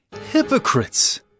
hypocrites